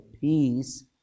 peace